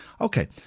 Okay